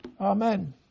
Amen